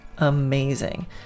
amazing